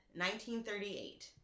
1938